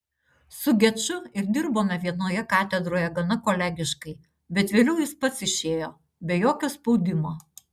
su geču ir dirbome vienoje katedroje gana kolegiškai bet vėliau jis pats išėjo be jokio spaudimo